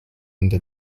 under